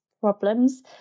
problems